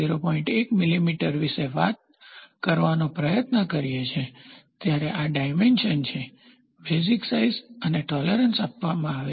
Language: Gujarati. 1 મિલીમીટર વિશે વાત કરવાનો પ્રયાસ કરીએ છીએ ત્યારે આ ડાયમેન્શનs છે બેઝીક સાઇઝ અને ટોલેરન્સ આપવામાં આવે છે